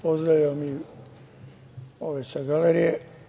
Pozdravljam i ove sa galerije.